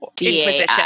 Inquisition